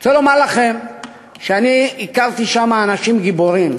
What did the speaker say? אני רוצה לומר לכם שאני הכרתי שם אנשים גיבורים.